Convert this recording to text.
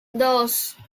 dos